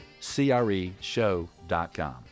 creshow.com